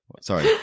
sorry